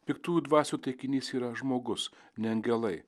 piktųjų dvasių taikinys yra žmogus ne angelai